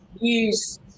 use